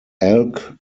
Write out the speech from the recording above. elk